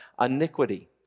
Iniquity